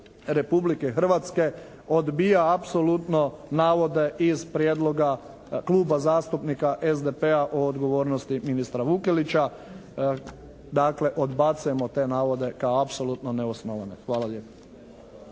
Republike Hrvatske odbija apsolutno navode iz prijedloga Kluba zastupnika SDP-a o odgovornosti ministra Vukelića. Dakle, odbacujemo te navode kao apsolutno neosnovane. Hvala lijepo.